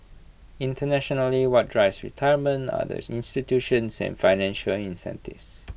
internationally what drives retirement are the institutions and financial incentives